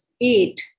eight